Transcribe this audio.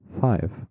Five